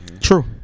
True